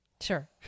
sure